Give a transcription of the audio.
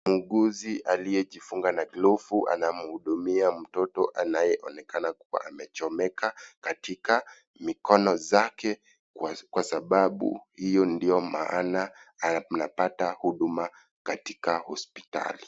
Muuguzi aliyejifunga na glovu anamuudumia mtoto anayeonekana kuwa amechomeka katika mikono zake kwa sababu hio ndio maana anapata huduma katika hospitali.